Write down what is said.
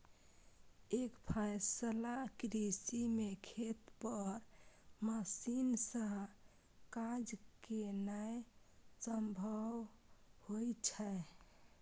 एकफसला कृषि मे खेत पर मशीन सं काज केनाय संभव होइ छै